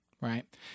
right